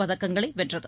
பதக்கங்களை வென்றது